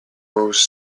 most